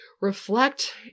reflect